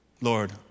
Lord